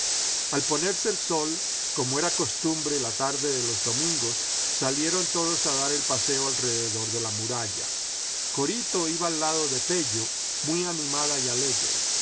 al ponerse el sol como era costumbre la tarde de los domingos salieron todos a dar el paseo alrededor de la muralla corito iba al lado de pello muy animada y alegre